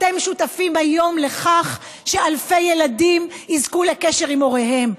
אתם שותפים היום לכך שאלפי ילדים יזכו לקשר עם הוריהם.